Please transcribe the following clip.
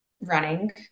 running